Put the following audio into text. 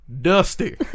Dusty